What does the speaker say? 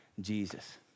Jesus